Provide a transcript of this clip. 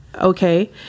okay